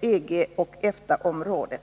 EG och EFTA-området.